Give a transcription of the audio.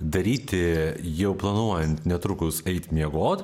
daryti jau planuojant netrukus eit miegot